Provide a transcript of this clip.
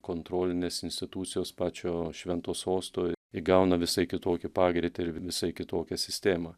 kontrolinės institucijos pačio švento sosto įgauna visai kitokį pagreitį ir visai kitokią sistemą